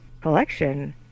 collection